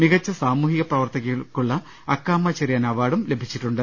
മികച്ച സാമൂഹിക പ്രവർത്തകയ്ക്കുള്ള അക്കാമ ചെറിയാൻ അവാർഡ് ലഭിച്ചിട്ടുണ്ട്